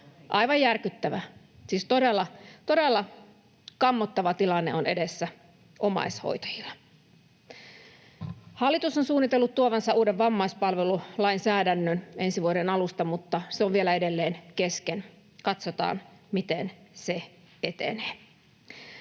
Aivan järkyttävä, siis todella, todella kammottava tilanne on edessä omaishoitajilla. Hallitus on suunnitellut tuovansa uuden vammaispalvelulainsäädännön ensi vuoden alusta, mutta se on edelleen kesken. Katsotaan, miten se etenee.